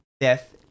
death